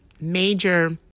major